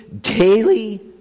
daily